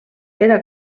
era